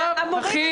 להצבעה.